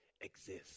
exist